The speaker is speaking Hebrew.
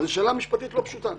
זו שאלה משפטית לא פשוטה.